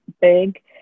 big